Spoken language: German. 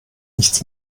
nichts